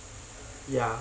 ya